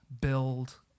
Build